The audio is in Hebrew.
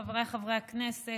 חבריי חברי הכנסת,